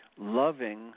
loving